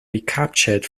recaptured